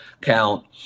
count